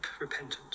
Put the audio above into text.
repentance